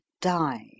die